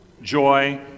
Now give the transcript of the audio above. joy